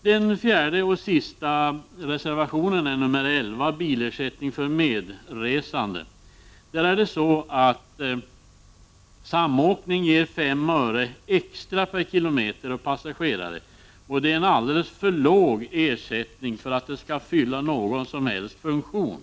Den fjärde och sista reservationen, nr 11, tar upp frågan om bilersättning för medresande. Den ersättning för samåkning som betalas i dag, fem öre per kilometer och passagerare, är alldeles för låg för att den skall fylla någon som helst funktion.